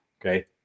Okay